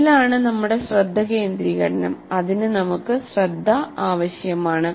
ഇതിലാണ് നമ്മുടെ ശ്രദ്ധ കേന്ദ്രീകരണം അതിനു നമുക്ക് ശ്രദ്ധ ആവശ്യമാണ്